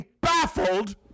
baffled